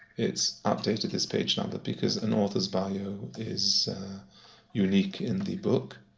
it's update this page number, because an author's bio is unique in the book.